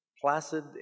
placid